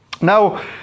now